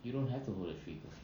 you don't have to hold the trigger